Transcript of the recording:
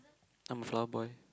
I'm a flower boy